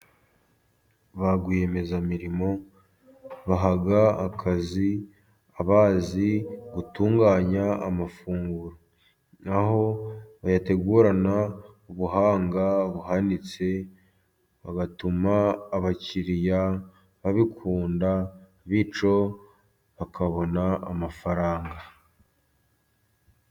Ba rwiyemezamirimo baha akazi, abazi gutunganya amafunguro, aho bayategurana ubuhanga buhanitse, bagatuma abakiriya babikunda, bityo bakabona amafaranga.